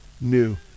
New